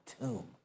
tomb